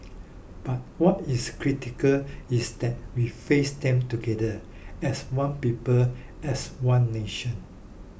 but what is critical is that we face them together as one people as one nation